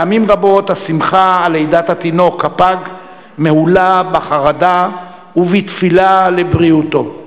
פעמים רבות השמחה על לידת התינוק הפג מהולה בחרדה ובתפילה לבריאותו.